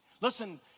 Listen